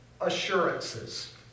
assurances